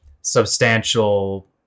substantial